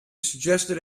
suggested